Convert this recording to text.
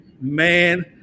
Man